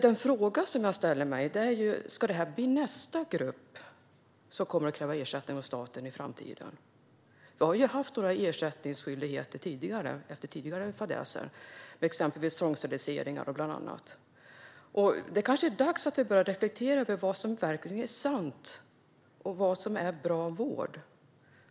Den fråga jag ställer mig är därför: Ska detta bli nästa grupp som kommer att kräva ersättning av staten i framtiden? Vi har ju haft några fall av ersättningsskyldighet efter tidigare fadäser, exempelvis tvångssteriliseringar. Det är kanske dags att vi börjar reflektera över vad som är sant och vad som är bra vård.